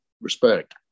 respect